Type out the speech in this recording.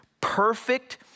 perfect